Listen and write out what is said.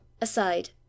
aside